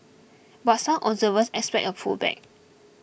but some observers expect a pullback